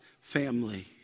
family